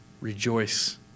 rejoice